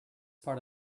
part